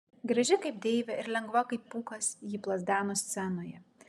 graži kaip deivė ir lengva kaip pūkas ji plazdeno scenoje